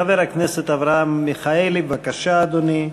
חבר הכנסת אברהם מיכאלי, בבקשה, אדוני.